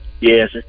Yes